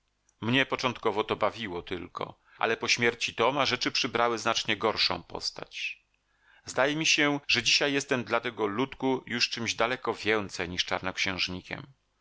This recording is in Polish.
mnie początkowo to bawiło tylko ale po śmierci toma rzeczy przybrały znacznie gorszą postać zdaje mi się że dzisiaj jestem dla tego ludku już czymś daleko więcej niż czarnoksiężnikiem